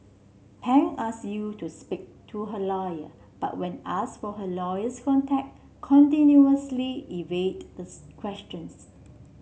Pan asked Yew to speak to her lawyer but when asked for her lawyer's contact continuously evade the questions